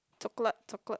chocolate